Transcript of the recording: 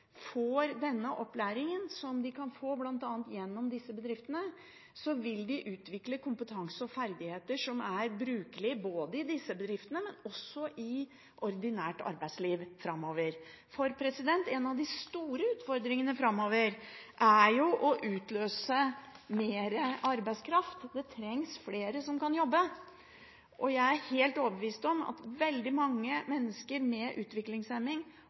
får denne opplæringen, som de kan få gjennom bl.a. disse bedriftene, vil de utvikle kompetanse og ferdigheter som er brukelig både i disse bedriftene og i ordinært arbeidsliv framover. En av de store utfordringene framover er jo å utløse mer arbeidskraft – det trengs flere som kan jobbe. Jeg er helt overbevist om at veldig mange mennesker med